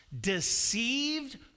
deceived